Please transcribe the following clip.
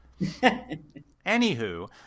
Anywho